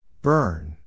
Burn